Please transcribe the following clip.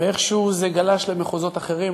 ואיכשהו זה גלש למחוזות אחרים.